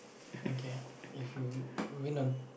okay if you win on